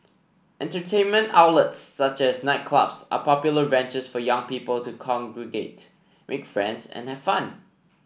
entertainment outlets such as nightclubs are popular venues for young people to congregate make friends and have fun